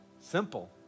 Simple